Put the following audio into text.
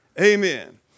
Amen